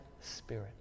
spirit